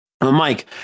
Mike